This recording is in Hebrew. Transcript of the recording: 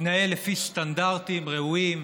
יתנהל לפי סטנדרטים ראויים,